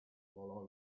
while